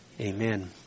Amen